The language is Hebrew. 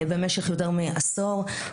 במשך יותר מעשור.